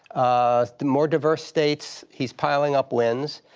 ah the more diverse states, he's piling up wins.